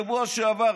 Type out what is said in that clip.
בשבוע שעבר,